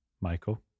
Michael